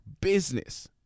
business